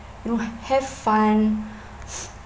you know have fun